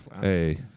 Hey